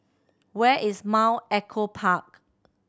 where is Mount Echo Park